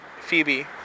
Phoebe